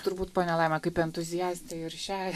turbūt ponia laima kaip entuziastė ir šią